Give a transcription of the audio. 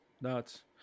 nuts